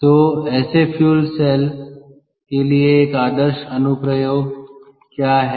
तो ऐसे fuel cell के लिए एक आदर्श अनुप्रयोग क्या है